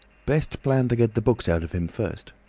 best plan to get the books out of him first.